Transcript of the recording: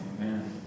Amen